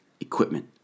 Equipment